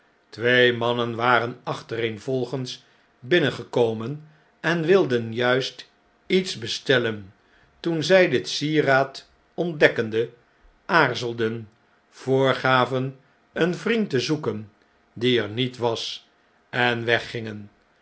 twee mannen waren achtereenvolgens binnengekomen en wilden juist iets bestellen toen zij dit sieraad ontdekkende aarzelden voorgaven een vriend te zoeken die er niet was enweggingen en